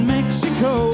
Mexico